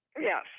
Yes